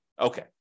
Okay